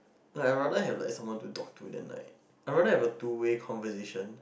like I rather have like someone to talk to than like I rather have a two way conversation